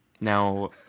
Now